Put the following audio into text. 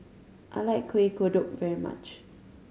I like Kueh Kodok very much